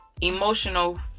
emotional